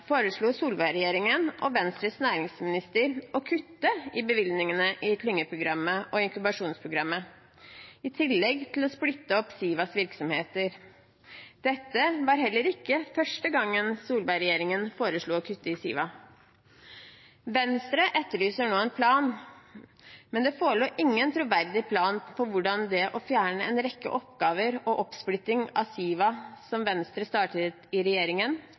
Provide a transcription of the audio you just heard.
foreslo Solberg-regjeringen og Venstres næringsminister å kutte i bevilgningene til klyngeprogrammet og inkubasjonsprogrammet, i tillegg til å splitte opp Sivas virksomheter. Dette var heller ikke første gangen Solberg-regjeringen foreslo å kutte i Siva. Venstre etterlyser nå en plan, men det forelå ingen troverdig plan for hvordan det å fjerne en rekke oppgaver og oppsplitting av Siva, som Venstre startet i